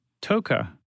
Toka